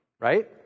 right